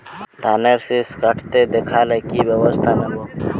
ধানের শিষ কাটতে দেখালে কি ব্যবস্থা নেব?